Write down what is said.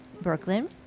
Brooklyn